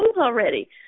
already